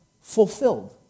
Fulfilled